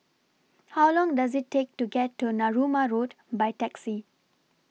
How Long Does IT Take to get to Narooma Road By Taxi